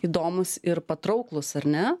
įdomūs ir patrauklūs ar ne